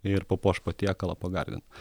ir papuoš patiekalą pagardint